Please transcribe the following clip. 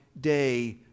day